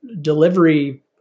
delivery